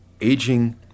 aging